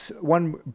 one